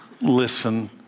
listen